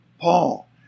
Paul